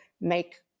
make